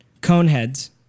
Coneheads